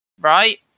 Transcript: right